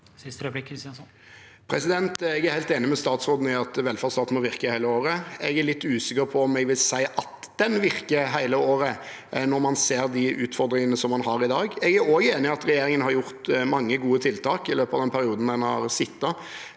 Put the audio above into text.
det Mímir Kristjánsson (R) Jeg er helt enig med statsråden i at velferdsstaten må virke hele året. Jeg er litt usikker på om jeg vil si at den virker hele året, når man ser de utfordringene man har i dag. Jeg er også enig i at regjeringen har gjort mange gode tiltak i løpet av den perioden den har sittet.